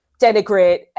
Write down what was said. denigrate